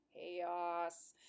chaos